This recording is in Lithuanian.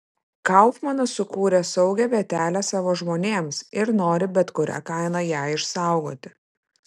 kaufmanas sukūrė saugią vietelę savo žmonėms ir nori bet kuria kaina ją išsaugoti